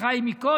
הצמיחה היא מקודם,